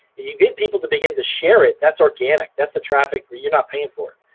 you get people to begin to share it, that's organic, that's the traffic you're not paying for.